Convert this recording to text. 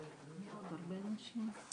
אנחנו רואים כל שנה את הגרעונות שהוזכרו